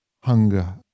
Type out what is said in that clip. hunger